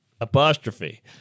Apostrophe